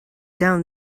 down